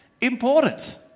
important